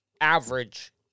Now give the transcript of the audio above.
average